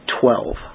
twelve